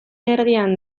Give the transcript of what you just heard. erdian